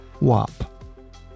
WAP